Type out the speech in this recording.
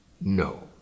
No